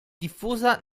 diffusa